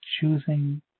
choosing